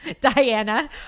Diana